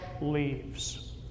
leaves